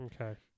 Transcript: okay